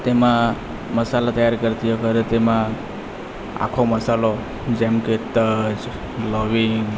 તેમાં મસાલા તૈયાર કરતી વખતે તેમાં આખો મસાલો જેમકે તજ લવિંગ